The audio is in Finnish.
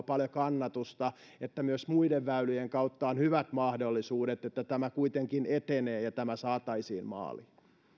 paljon kannatusta että myös muiden väylien kautta on hyvät mahdollisuudet siihen että tämä kuitenkin etenee ja tämä saataisiin maaliin